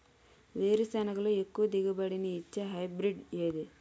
వేరుసెనగ లో ఎక్కువ దిగుబడి నీ ఇచ్చే హైబ్రిడ్ ఏది?